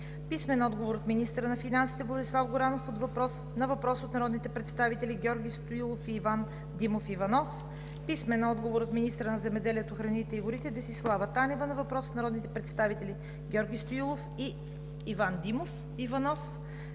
Кирилов; - министъра на финансите Владислав Горанов на въпрос от народните представители Георги Стоилов и Иван Димов Иванов; - министъра на земеделието, храните и горите Десислава Танева на въпрос от народните представители Георги Стоилов и Иван Димов Иванов;